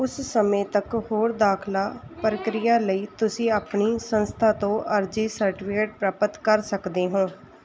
ਉਸ ਸਮੇਂ ਤੱਕ ਹੋਰ ਦਾਖਲਾ ਪ੍ਰਕਿਰਿਆ ਲਈ ਤੁਸੀਂ ਆਪਣੀ ਸੰਸਥਾ ਤੋਂ ਆਰਜ਼ੀ ਸਰਟੀਫਿਕੇਟ ਪ੍ਰਾਪਤ ਕਰ ਸਕਦੇ ਹੋ